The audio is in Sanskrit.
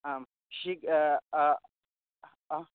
आं शीघ्रं हा